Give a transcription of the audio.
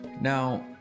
Now